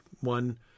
one